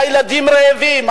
על ילדים רעבים,